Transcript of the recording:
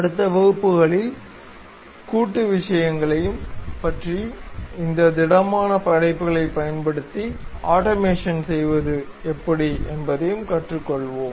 அடுத்த வகுப்புகளில் கூட்டு வரைபட விஷயங்களைப் பற்றியும் இந்த திடமான படைப்புகளைப் பயன்படுத்தி ஆட்டோமேஷன் செய்வது எப்படி என்பதையும் கற்றுக்கொள்வோம்